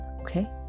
okay